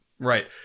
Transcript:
Right